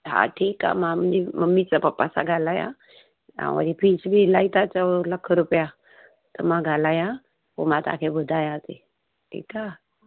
हा ठीकु आहे मां मुंहिंजी ममी सां पपा सांं ॻाल्हायां ऐं वरी फीस बि इलाही था चओ लखु रुपिया त मां ॻाल्हायां पोइ मां तव्हांखे ॿुधायां थी ठीकु आहे